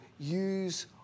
Use